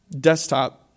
desktop